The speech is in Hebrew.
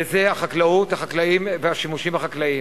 וזה החקלאות, החקלאים והשימושים החקלאיים.